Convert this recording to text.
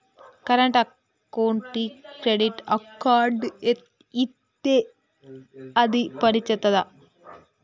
Current అకౌంట్కి credit card ఇత్తే అది పని చేత్తదా?